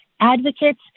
advocates